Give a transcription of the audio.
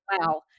wow